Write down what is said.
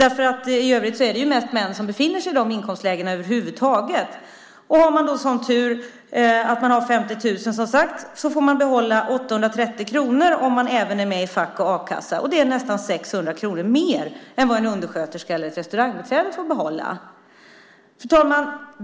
I övrigt är det mest män som över huvud taget befinner sig i de inkomstlägena. Har man då en sådan tur att man har 50 000 kronor i månaden får man behålla 830 kronor om man även är med i fack och a-kassa. Det är nästan 600 kronor mer än vad en undersköterska eller ett restaurangbiträde får behålla. Fru talman!